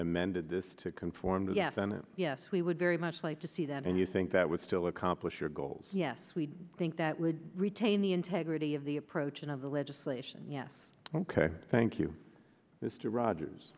amended this to conform to yes then yes we would very much like to see that and you think that would still accomplish your goals yes we think that would retain the integrity of the approach of the legislation yes ok thank you mr rogers